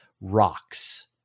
rocks